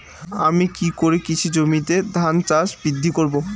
আমি কী করে কৃষি জমিতে ধান গাছ বৃদ্ধি করব?